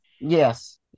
Yes